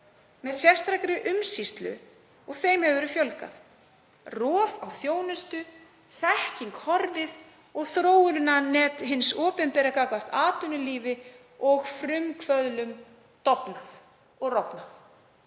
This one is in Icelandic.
með sérstakri umsýslu og þeim hefur verið fjölgað, rof hefur orðið á þjónustu, þekking horfið og þróunarnet hins opinbera gagnvart atvinnulífi og frumkvöðlum dofnað og rofnað.